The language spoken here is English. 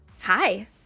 Hi